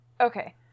Okay